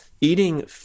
eating